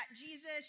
Jesus